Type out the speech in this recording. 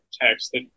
text